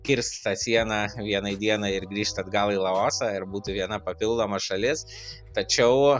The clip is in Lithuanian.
kirst tą sieną vienai dienai ir grįžt atgal į laosą ir būtų viena papildoma šalis tačiau